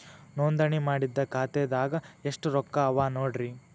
ನೋಂದಣಿ ಮಾಡಿದ್ದ ಖಾತೆದಾಗ್ ಎಷ್ಟು ರೊಕ್ಕಾ ಅವ ನೋಡ್ರಿ